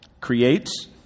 creates